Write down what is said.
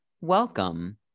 welcome